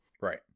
Right